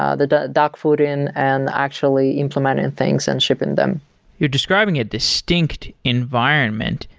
ah the dogfooding and actually implementing things and shipping them you're describing a distinct environment,